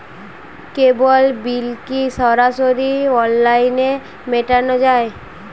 কেবল bill কি সরাসরি অনলাইনে মেটানো য়ায়?